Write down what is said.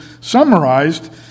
summarized